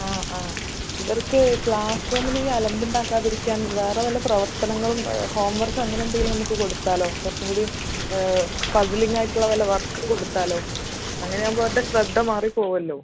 ആ ആ ഇവർക്ക് ക്ലാസ്റൂമിൽ അലമ്പുണ്ടാക്കാതിരിക്കാൻ വേറെ വല്ല പ്രവർത്തനങ്ങങ്ങളും ഹോംവർക്ക് അങ്ങനെ എന്തെങ്കിലും നമുക്ക് കൊടുത്താലോ കുറച്ചുംകൂടി പസ്സ്ളിങ്ങ് ആയിട്ടുള്ള വല്ല വർക്കും കൊടുത്താലോ അങ്ങനെ ആവുമ്പോൾ അവരുടെ ശ്രദ്ധ മാറിപ്പോവുമല്ലോ